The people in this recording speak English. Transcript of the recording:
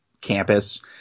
campus